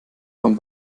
von